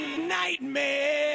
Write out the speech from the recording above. nightmare